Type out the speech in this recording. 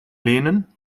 lenen